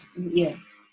Yes